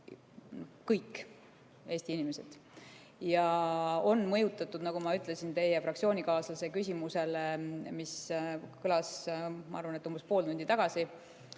kõik Eesti inimesed. Ja nagu ma ütlesin teie fraktsioonikaaslase küsimusele, mis kõlas, ma arvan, umbes pool tundi tagasi,